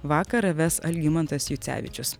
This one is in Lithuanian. vakarą ves algimantas jucevičius